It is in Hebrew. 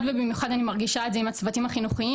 ובמיוחד אני מרגישה את זה עם הצוותים החינוכיים,